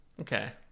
Okay